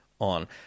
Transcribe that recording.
on